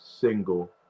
single